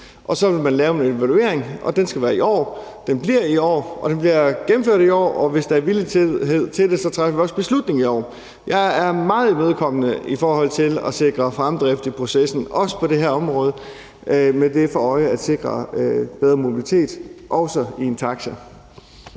og så ville man lave en evaluering, og den skal være i år, den bliver i år, og den bliver gennemført i år, og hvis der er villighed til det, træffer vi også beslutning i år. Jeg er meget imødekommende i forhold til at sikre fremdrift i processen, også på det her område, med det for øje at sikre bedre mobilitet, også i en taxa.